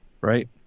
Right